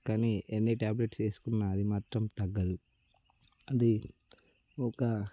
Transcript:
కానీ ఎన్ని ట్యాబ్లెట్స్ వేసుకున్నా అది మాత్రం తగ్గదు అది ఒక